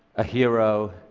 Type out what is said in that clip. a hero.